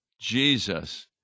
Jesus